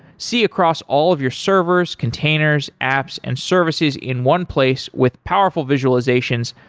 see across all of your servers, containers, apps and services in one place with powerful visualizations,